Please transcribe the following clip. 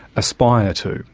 aspire to.